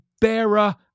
bearer